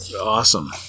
Awesome